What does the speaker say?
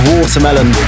Watermelon